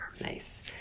Nice